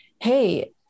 hey